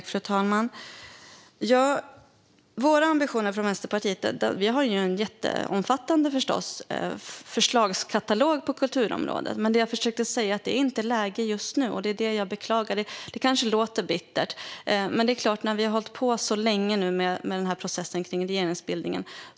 Fru talman! När det gäller Vänsterpartiets ambitioner har vi förstås en omfattande förslagskatalog på kulturområdet. Men jag försökte säga att det inte är läge just nu. Det är detta jag beklagar. Det kanske låter bittert, men vi har nu hållit på länge med processen kring regeringsbildningen.